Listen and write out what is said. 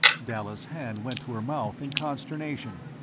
dalla's hand went to her mouth in consternation.